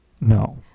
No